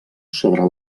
sobre